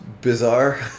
bizarre